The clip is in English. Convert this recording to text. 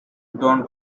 don